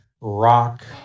rock